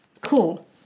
cool